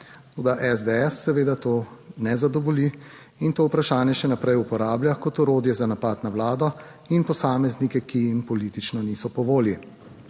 Toda, SDS seveda to ne zadovolji in to vprašanje še naprej uporablja kot orodje za napad na vlado in posameznike, ki jim politično niso po volji.